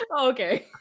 okay